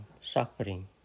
suffering